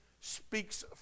speaks